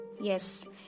Yes